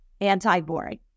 anti-boring